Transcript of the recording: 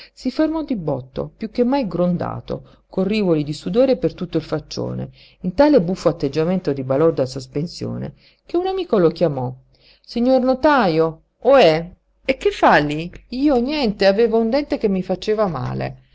si fermò di botto piú che mai grondato con rivoli di sudore per tutto il faccione in tale buffo atteggiamento di balorda sospensione che un amico lo chiamò signor notajo ohé e che fa lí io niente avevo un un dente che mi faceva male